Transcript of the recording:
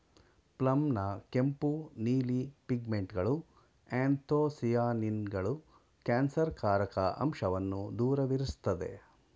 ಪ್ಲಮ್ನ ಕೆಂಪು ನೀಲಿ ಪಿಗ್ಮೆಂಟ್ಗಳು ಆ್ಯಂಥೊಸಿಯಾನಿನ್ಗಳು ಕ್ಯಾನ್ಸರ್ಕಾರಕ ಅಂಶವನ್ನ ದೂರವಿರ್ಸ್ತದೆ